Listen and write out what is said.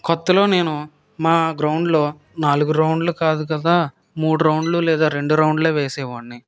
కొత్తలో నేను మా గ్రౌండులో నాలుగు రౌండ్లు కాదు కదా మూడు రౌండ్లు లేదా రెండు రౌండ్లే వేసేవాడిని